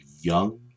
young